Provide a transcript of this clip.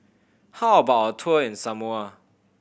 how about a tour in Samoa